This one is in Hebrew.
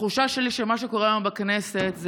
התחושה שלי היא שמה שקורה היום בכנסת זה